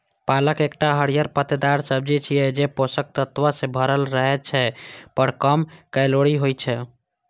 पालक एकटा हरियर पत्तेदार सब्जी छियै, जे पोषक तत्व सं भरल रहै छै, पर कम कैलोरी होइ छै